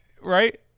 Right